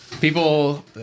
people